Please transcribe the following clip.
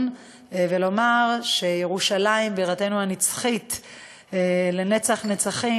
ולומר שירושלים בירתנו הנצחית לנצח-נצחים,